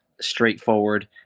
straightforward